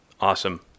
Awesome